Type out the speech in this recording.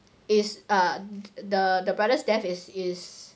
is uh the the brother's death is is